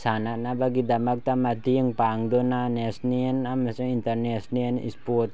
ꯁꯥꯟꯅꯅꯕꯒꯤꯗꯃꯛꯇ ꯃꯇꯦꯡ ꯄꯥꯡꯗꯨꯅ ꯅꯦꯁꯅꯦꯟ ꯑꯃꯁꯨꯡ ꯏꯟꯇꯔꯅꯦꯁꯅꯦꯟ ꯁ꯭ꯄꯣꯠ